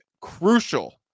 crucial